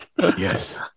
Yes